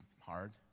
hard